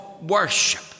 worship